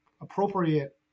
appropriate